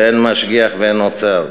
ואין משגיח ואין עוצר.